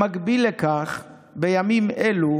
במקביל לכך, בימים אלו